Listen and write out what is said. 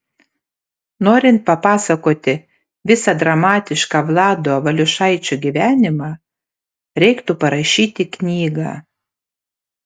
norint papasakoti visą dramatišką vlado valiušaičio gyvenimą reiktų parašyti knygą